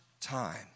time